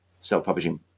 self-publishing